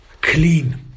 clean